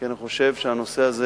כי אני חושב שהנושא הזה,